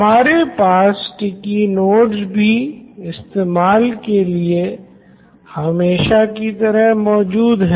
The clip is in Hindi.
हमारे पास स्टीक्की नोट्स भी इस्तेमाल के लिए हमेशा की तरह मौजूद है